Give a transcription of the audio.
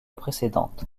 précédente